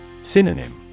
Synonym